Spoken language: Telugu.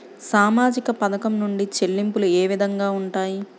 సామాజిక పథకం నుండి చెల్లింపులు ఏ విధంగా ఉంటాయి?